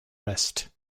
rest